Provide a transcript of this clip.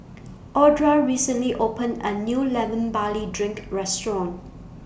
Audra recently opened A New Lemon Barley Drink Restaurant